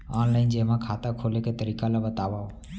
Online जेमा खाता खोले के तरीका ल बतावव?